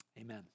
amen